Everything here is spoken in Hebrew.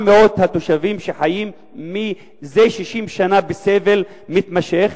התושבים שחיים זה 60 שנה בסבל מתמשך.